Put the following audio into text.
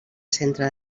centre